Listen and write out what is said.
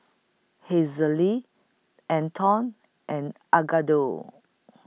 Hazelle Anton and Edgardo